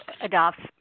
adopts